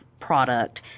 product